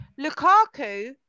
Lukaku